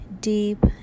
deep